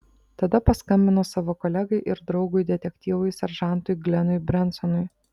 tada paskambino savo kolegai ir draugui detektyvui seržantui glenui brensonui